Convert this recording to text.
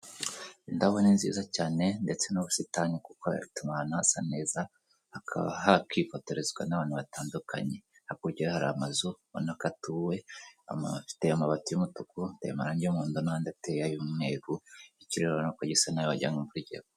Indabo ni nziza cyane ndetse n'ubusitani kuko bituma ahantu hasa neza, hakaba hakifotorezwa n'abantu batandukanye, hakurya yaho hari amazu ubona ko atuwe, afite amabati y'umutuku, ateye amarangi y'umuhondo n'andi ateye ay'umweru ikirere urabona ko gisa nabi wagira ngo imvura igiye kugwwa.